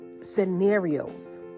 scenarios